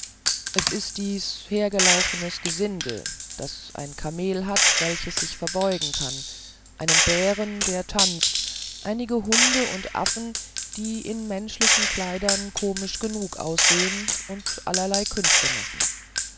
es ist dies hergelaufenes gesindel das ein kamel hat welches sich verbeugen kann einen bären der tanzt einige hunde und affen die in menschlichen kleidern komisch genug aussehen und allerlei künste machen